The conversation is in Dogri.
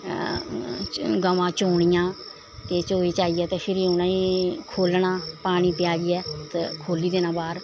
गवां चोह्नियां ते चोही चाहियै फिर उ'नेंगी खोह्लना पानी पलैइयै ते खोह्ली देना बाह्र